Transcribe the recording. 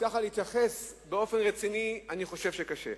לכן אני חושב שלהתייחס באופן רציני די קשה.